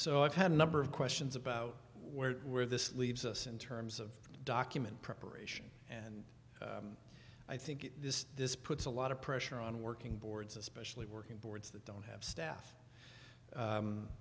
so i've had a number of questions about where where this leaves us in terms of document preparation and i think this this puts a lot of pressure on working boards especially working boards that don't have staff